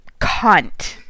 cunt